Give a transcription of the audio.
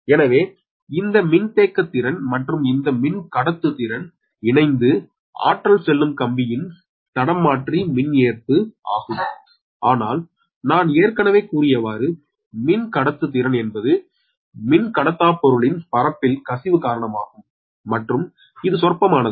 எனவே இந்த மின்தேக்குத் திறன் காப்பாசிட்டன்ஸ் மற்றும் இந்த மின் கடத்து திறன் இணைந்து ஆற்றல் செல்லும் கம்பியின் தடம்மாற்றி மின் ஏற்பு ஆகும் அனால் நான் ஏற்கனவே கூறியவாறு மின் கடத்து திறன் என்பது மின்கடத்தாப்பொருளின் பரப்பில் கசிவு காரணமாகும் மற்றும் இது சொற்பமானது